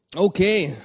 Okay